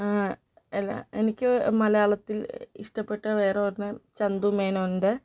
എനിക്ക് മലയാളത്തിൽ ഇഷ്ടപ്പെട്ട വേറൊരെണ്ണം ചന്തു മേനോൻ്റെ